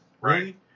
Right